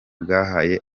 bwahaye